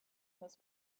his